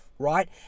right